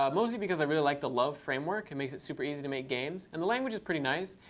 um mostly because i really like the love framework. it makes it super easy to make games. and the language is pretty nice.